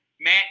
Matt